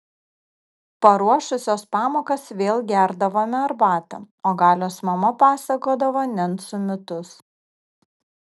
paruošusios pamokas vėl gerdavome arbatą o galios mama pasakodavo nencų mitus